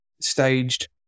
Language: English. staged